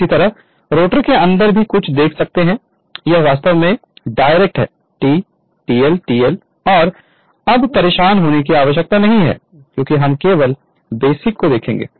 इसी तरह रोटर के अंदर भी कुछ देख सकते हैं यह वास्तव में डायरेक्ट है T TL TL को अब परेशान होने की आवश्यकता नहीं है क्योंकि हम केवल बेसिक को देखेंगे